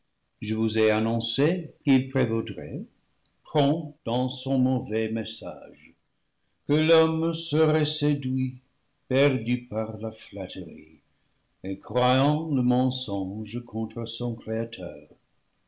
je vous ai annoncé qu'il prévaudrait prompt dans son mauvais message que l'homme serait séduit perdu par la flatterie et croyant le mensonge contre son créateur